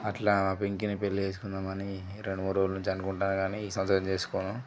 అట్లా మా పింకీని పెళ్లి చేస్కుందామని రెండు మూడు రోజుల నుంచి అనుకుంటున్నా గానీ ఈ సంవత్సరం చేస్కోను